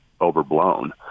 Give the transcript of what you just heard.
overblown